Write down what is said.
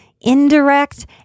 indirect